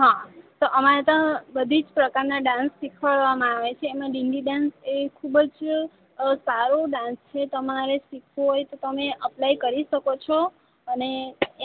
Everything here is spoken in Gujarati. હાં તો અમારે તો બધી જ પ્રકારના ડાન્સ શીખવામાં આવે છે એમ દિંડી ડાન્સ એ ખૂબ જ સારો ડાન્સ છે તમારે શીખવો હોય તો તમે અપલાય કરી શકો છો અને